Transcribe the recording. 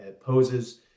poses